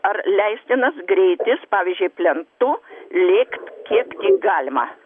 ar leistinas greitis pavyzdžiui plentu lėk kiek galima